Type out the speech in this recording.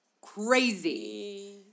Crazy